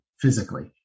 physically